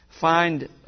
find